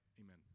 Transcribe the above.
Amen